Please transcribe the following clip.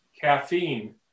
caffeine